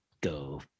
go